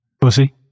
Pussy